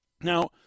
Now